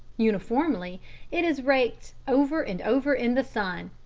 uniformly it is raked over and over in the sun.